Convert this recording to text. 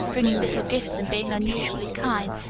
bringing little gifts and being unusually kind,